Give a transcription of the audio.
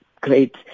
great